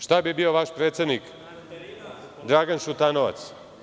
Šta bi bio vaš predsednik Dragan Šutanovac?